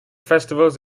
festivals